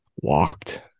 walked